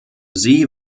sie